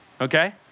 Okay